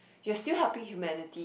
you still helping humanity